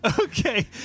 Okay